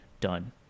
Done